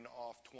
off